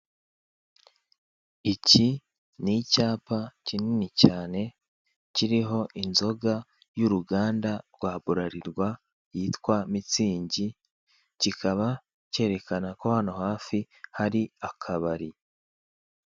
Icyi nicyapa kinini cyane kiriho inzoga y'uruganda rwa burarirwa yitwa minsingi kikaba cyerekana ko hano hafi hari akabari.